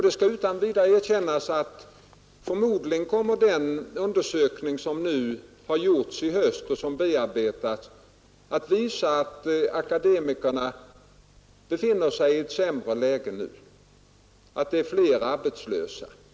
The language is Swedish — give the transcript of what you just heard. Det skall utan vidare erkännas att förmodligen kommer den undersökning som har gjorts i höst och som nu bearbetas att visa att akademikerna befinner sig i ett sämre läge i dag, att det är fler arbetslösa.